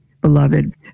beloved